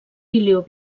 milió